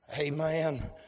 amen